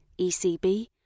ECB